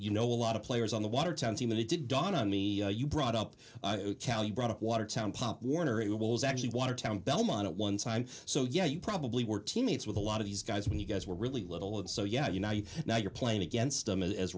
you know a lot of players on the watertown team and it didn't dawn on me you brought up cal you brought up watertown pop warner it was actually watertown belmont at one time so yeah you probably were teammates with a lot of these guys when you guys were really little and so yeah you know you now you're playing against them as